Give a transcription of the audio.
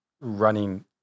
running